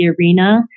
arena